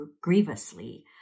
grievously